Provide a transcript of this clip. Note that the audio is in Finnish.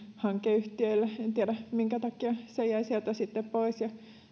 hankeyhtiöille en tiedä minkä takia se jäi sieltä sitten pois ja